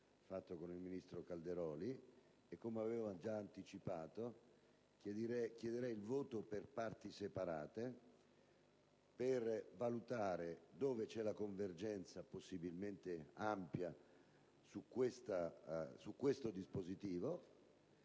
svolto con il ministro Calderoli e, come avevo già anticipato, intendo chiedere il voto per parti separate per valutare dove c'è la convergenza, possibilmente ampia, su questo dispositivo.